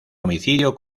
homicidio